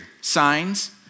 signs